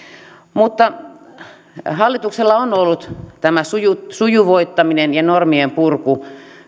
hallituksella on ollut tämä sujuvoittaminen ja normien purku